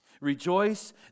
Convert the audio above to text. Rejoice